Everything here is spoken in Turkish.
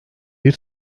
bir